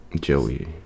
Joey